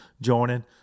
joining